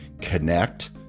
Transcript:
Connect